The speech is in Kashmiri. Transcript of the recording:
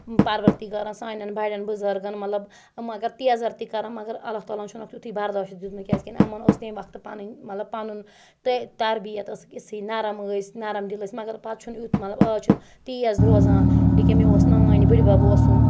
پَروَردِگارَن سانٮ۪ن بَڑٮ۪ن بُزَرگَن مَطلَب یِم اگر تیزَر تہِ کَرَن مَگر اَللّہ تعالٰہَن چھُنَکھ تِیُتھُے بَرداش تہِ دِیُتمُت کیازکہِ یِمَن اوسنہٕ امہِ وَقتہٕ تہٕ پَنُن تَربِیَت ٲسٕکھ یِژھٕے نَرم ٲسۍ نَرم دِل ٲسۍ مگر پتہٕ چھُنہٕ یُتھ مَطلَب آز چھُ تیز روزان ییٚکیا مےٚ اوس نانۍ بٕڈبَب اوسُم